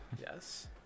yes